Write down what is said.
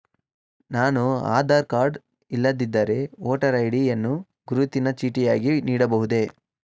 ನಾನು ಆಧಾರ ಕಾರ್ಡ್ ಇಲ್ಲದಿದ್ದರೆ voter ID ಯನ್ನು ಗುರುತಿನ ಚೀಟಿಯಾಗಿ ನೀಡಬಹುದೇ?